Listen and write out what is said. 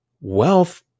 wealth